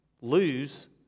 lose